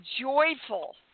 joyful